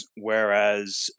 whereas